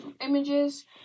images